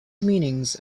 meanings